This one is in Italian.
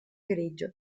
grigio